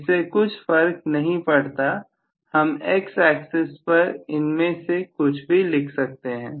इससे कुछ फर्क नहीं पड़ता हम x axis पर इनमें से कुछ भी लिख सकते हैं